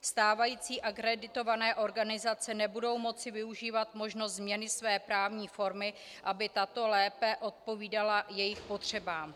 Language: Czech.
Stávající akreditované organizace nebudou moci využít možností změny své právní formy, aby tato lépe odpovídala jejich potřebám.